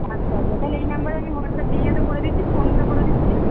আচ্ছা আচ্ছা তাহলে এই নম্বরে আমি হোয়াটসআপ ইয়েটা করে দিচ্ছি ফোনপে করে দিচ্ছি